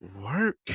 work